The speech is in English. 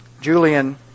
Julian